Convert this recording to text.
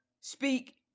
Speak